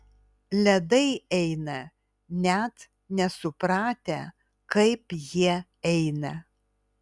ledai eina net nesupratę kaip jie eina